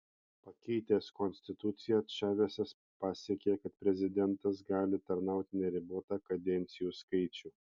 pakeitęs konstituciją čavesas pasiekė kad prezidentas gali tarnauti neribotą kadencijų skaičių